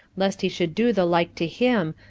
lest he should do the like to him,